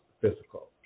physical